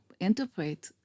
interpret